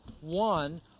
one